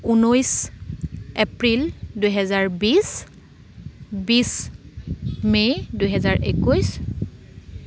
ঊনৈছ এপ্ৰিল দুহেজাৰ বিছ বিছ মে' দুহেজাৰ একৈছ